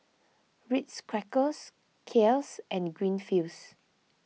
Ritz Crackers Kiehl's and Greenfields